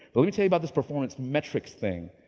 let me tell you about this performance metrics thing.